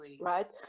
right